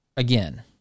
Again